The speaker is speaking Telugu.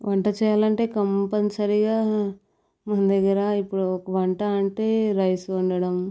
వంట చేయాలంటే కంపల్సరిగా మన దగ్గర ఎప్పుడూ వంట అంటే రైస్ వండటం